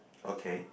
okay